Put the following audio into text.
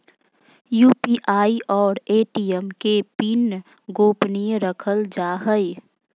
UPI और ATM के PIN गोपनीय रखल जा हइ